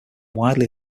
widely